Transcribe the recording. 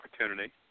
Opportunity